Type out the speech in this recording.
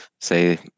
say